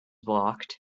blocked